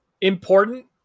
important